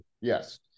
Yes